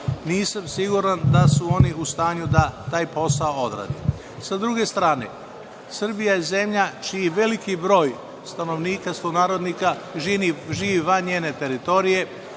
Nisam siguran da su oni u stanju da taj posao odrade.S druge strane, Srbija je zemlja čiji veliki broj stanovnika, sunarodnika živi van njene teritorije,